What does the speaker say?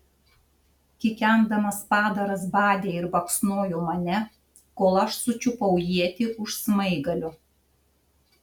kikendamas padaras badė ir baksnojo mane kol aš sučiupau ietį už smaigalio